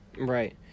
Right